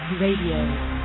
Radio